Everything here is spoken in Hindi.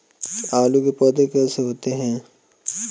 आलू के पौधे कैसे होते हैं?